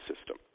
system